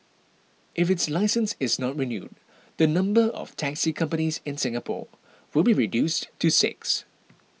if its licence is not renewed the number of taxi companies in Singapore will be reduced to six